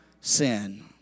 sin